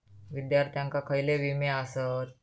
विद्यार्थ्यांका खयले विमे आसत?